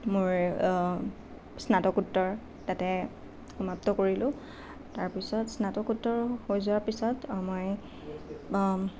মোৰ স্নাতকোত্তৰ তাতে সমাপ্ত কৰিলোঁ তাৰ পিছত স্নাতকোত্তৰ তাৰপিছত আমাৰ